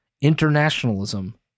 internationalism